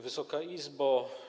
Wysoka Izbo!